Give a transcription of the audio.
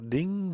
Ding